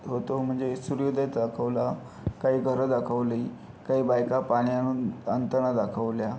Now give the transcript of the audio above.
होतो म्हणजे सूर्योदय दाखवला काही घरं दाखवली काही बायका पाणी आणून आणताना दाखवल्या